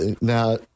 now